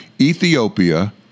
Ethiopia